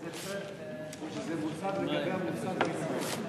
זה אותו תורם, או שזה לגבי המוסד עצמו?